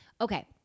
Okay